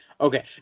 Okay